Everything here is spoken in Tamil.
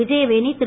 விஜயவேணி திரு